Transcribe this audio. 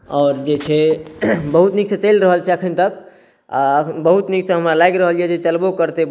आओर जे छै बहुत नीकसँ चलि रहल छै एखन तक आओर बहुत नीकसँ हमरा लागि रहल अइ जे चलबो करतै